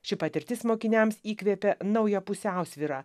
ši patirtis mokiniams įkvėpė naują pusiausvyrą